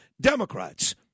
Democrats